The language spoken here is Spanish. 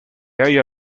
halla